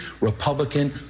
Republican